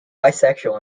bisexual